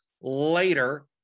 later